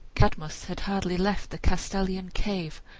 cadmus had hardly left the castalian cave,